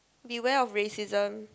the way of racism